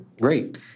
great